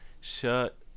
shut